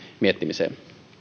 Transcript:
miettimiseen